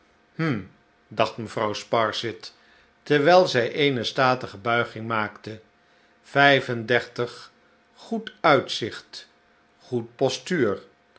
hm dacht mevrouw sparsit terwijl zij eene statige buiging maakte vijf en dertig goed uitzicht goed postuur